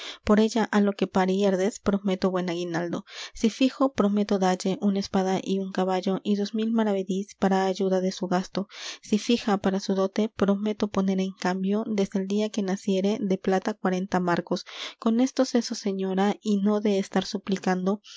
por ella á lo que pariérdes prometo buen aguinaldo si fijo prometo dalle una espada y un caballo y dos mil maravedís para ayuda de su gasto si fija para su dote prometo poner en cambio desde el día que naciere de plata cuarenta marcos con esto ceso señora y no de estar suplicando